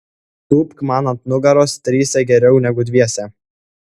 tūpk man ant nugaros trise geriau negu dviese